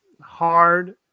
hard